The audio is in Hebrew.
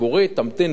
תמתין בתור,